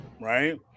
right